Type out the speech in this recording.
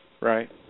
Right